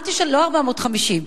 לא 450,000,